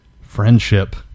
friendship